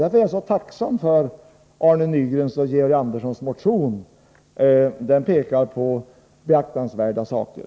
Därför är jag tacksam för att Arne Nygren och Georg Andersson i sin motion pekar på beaktansvärda saker.